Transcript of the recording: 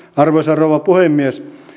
arvoisa rouva puhemies